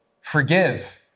forgive